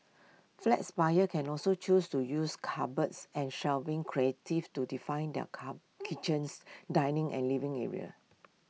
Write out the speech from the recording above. flats buyers can also choose to use cupboards and shelving creative to define their car kitchens dining and living areas